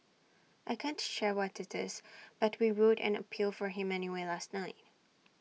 I can't share what IT is but we wrote an appeal for him anyway last night